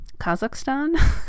kazakhstan